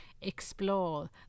explore